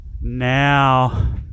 now